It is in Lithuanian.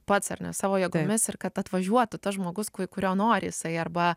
pats ar ne savo jėgomis ir kad atvažiuotų tas žmogus kurio nori jisai arba